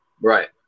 Right